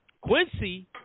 Quincy